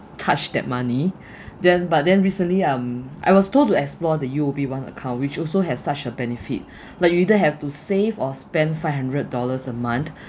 touch that money then but then recently um I was told to explore the U_O_B one account which also has such a benefit like either have to save or spend five hundred dollars a month uh